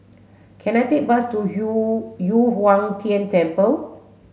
can I take a bus to Yu Yu Huang Tian Temple